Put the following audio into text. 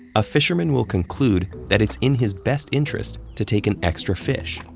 a fisherman will conclude that it's in his best interest to take an extra fish,